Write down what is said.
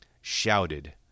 shouted